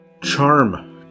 charm